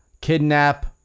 kidnap